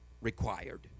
required